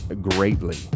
greatly